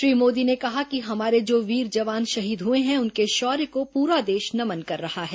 श्री मोदी ने कहा कि हमारे जो वीर जवान शहीद हुए हैं उनके शौर्य को पूरा देश नमन कर रहा है